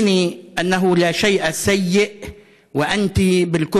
הודיעי לי ששום דבר רע לא יאונה לך כשאת בקרבתי,